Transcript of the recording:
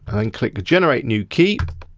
and click generate new key.